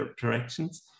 directions